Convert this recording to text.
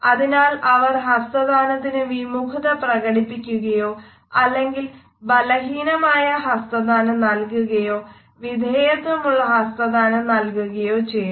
അതിനാൽ അവർ ഹസ്തദാനത്തിനു വിമുഖത പ്രകടിപ്പിക്കുകയോ അല്ലെങ്കിൽ ബലഹീനമായ ഹസ്തദാനം നൽകുകയോ വിധേയത്വമുള്ള ഹസ്തദാനം നൽകുകയോ ചെയ്യുന്നു